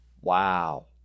wow